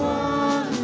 one